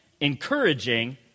encouraging